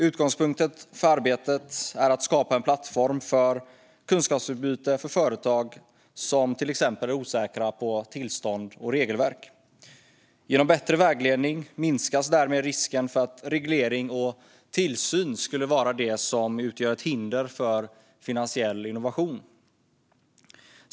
Utgångspunkten för arbetet är att skapa en plattform för kunskapsutbyte för företag som till exempel är osäkra på tillstånd och regelverk. Genom bättre vägledning minskas därmed risken för att reglering och tillsyn skulle vara det som utgör ett hinder för finansiell innovation.